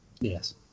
Yes